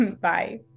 Bye